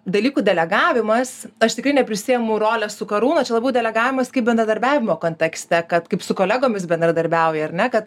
dalykų delegavimas aš tikrai neprisiimu rolės su karūna čia labiau delegavimas kaip bendradarbiavimo kontekste kad kaip su kolegomis bendradarbiauji ar ne kad